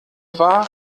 war